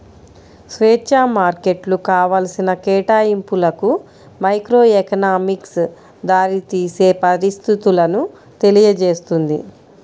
స్వేచ్ఛా మార్కెట్లు కావాల్సిన కేటాయింపులకు మైక్రోఎకనామిక్స్ దారితీసే పరిస్థితులను తెలియజేస్తుంది